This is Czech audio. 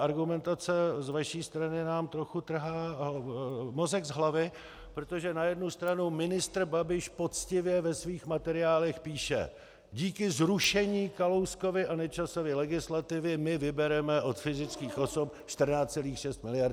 Argumentace z vaší strany nám trochu trhá mozek z hlavy, protože na jednu stranu ministr Babiš poctivě ve svých materiálech píše: Díky zrušení Kalouskovy a Nečasovy legislativy my vybereme od fyzických osob 14,6 mld.